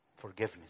forgiveness